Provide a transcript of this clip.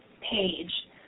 page